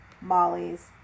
Molly's